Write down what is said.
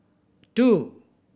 two